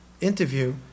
interview